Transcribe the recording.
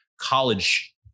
college